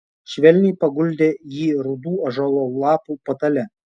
švelniai paguldė jį rudų ąžuolo lapų patale